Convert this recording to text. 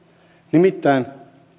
nimittäin